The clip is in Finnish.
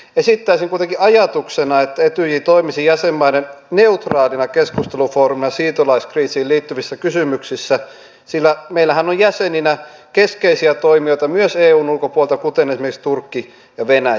esittäisin kuitenkin ajatuksena että etyj toimisi jäsenmaiden neutraalina keskustelufoorumina siirtolaiskriisiin liittyvissä kysymyksissä sillä meillähän on jäseninä keskeisiä toimijoita myös eun ulkopuolelta esimerkiksi turkki ja venäjä